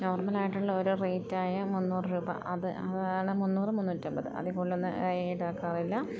നോർമലായിട്ട് ഉള്ള ഒരു റേറ്റായ മുന്നൂറ് രൂപ അത് അതാണ് മുന്നൂറ് മുന്നൂറ്റി അൻപത് അതേ കൂടുതൽ ഒന്ന് ഈടാക്കാറില്ല